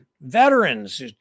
veterans